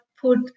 put